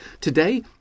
today